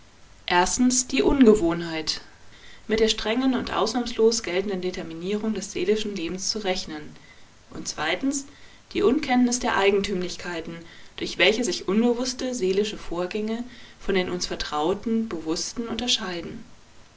erstens die ungewohnheit mit der strengen und ausnahmslos geltenden determinierung des seelischen lebens zu rechnen und zweitens die unkenntnis der eigentümlichkeiten durch welche sich unbewußte seelische vorgänge von den uns vertrauten bewußten unterscheiden